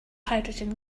hydrogen